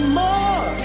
more